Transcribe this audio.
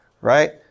right